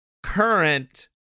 current